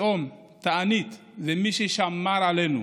צום, תענית ומי ששמר עלינו.